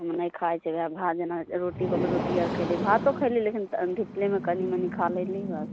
हम नहि खाइ छी वएह भात जेना रोटी आर होलो रोटी आर खैली भातो खैली लेकिन तनि धीपलेमे कनि मनि खा लेली बस